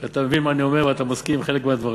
אתה מבין מה אני אומר, ואתה מסכים עם חלק מהדברים,